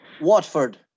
Watford